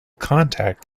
contact